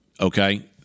Okay